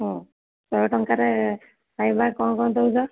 ହୁଁ ଶହେ ଟଙ୍କାରେ ଖାଇବା କ'ଣ କ'ଣ ଦେଉଛ